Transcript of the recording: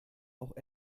auch